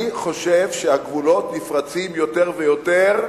אני חושב שהגבולות נפרצים יותר ויותר.